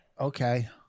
Okay